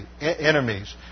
enemies